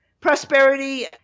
Prosperity